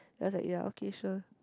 I was like ya okay sure